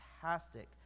Fantastic